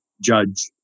judge